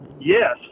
yes